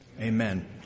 Amen